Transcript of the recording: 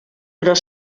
però